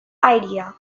idea